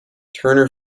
turner